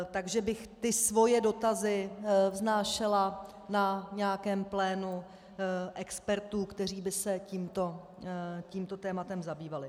Takže bych ty svoje dotazy vznášela na nějakém plénu expertů, kteří by se tímto tématem zabývali.